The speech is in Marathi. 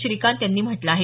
श्रीकांत यांनी म्हटलं आहे